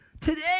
today